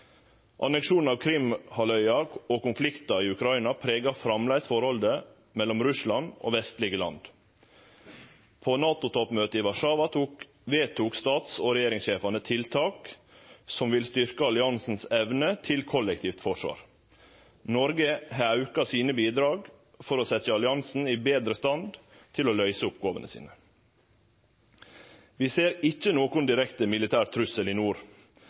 av Krim-halvøya og konflikten i Ukraina pregar framleis forholdet mellom Russland og vestlege land. På NATO-toppmøtet i Warszawa vedtok stats- og regjeringssjefane tiltak som vil styrkje alliansen si evne til kollektivt forsvar. Noreg har auka sine bidrag for å setje alliansen betre i stand til å løyse oppgåvene sine. Vi ser ikkje nokon direkte militær trussel i nord.